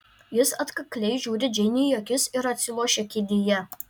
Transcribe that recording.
jis atkakliai žiūri džeinei į akis ir atsilošia kėdėje